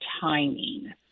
timing